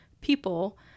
people